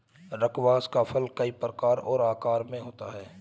squash का फल कई प्रकारों और आकारों में होता है